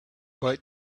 but